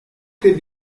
très